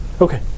Okay